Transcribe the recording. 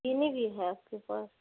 چینی بھی ہے آپ کے پاس